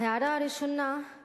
ההערה הראשונה היא